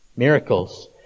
miracles